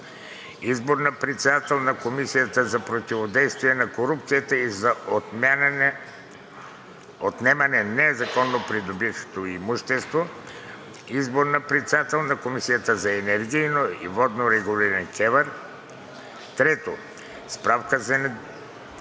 Избор на председател на Комисията за противодействие на корупцията и за отнемане на незаконно придобитото имущество. Избор на председател на Комисията за енергийно и водно регулиране – КЕВР. 3. Справка за неконституционни